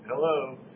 Hello